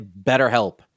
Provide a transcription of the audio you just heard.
BetterHelp